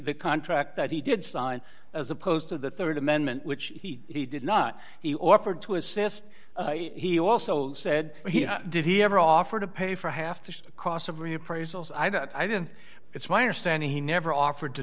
contract that he did sign as opposed to the rd amendment which he did not he offered to assist he also said he did he ever offered to pay for half the cost of reappraisal as i did and it's my understanding he never offered to